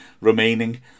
remaining